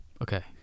Okay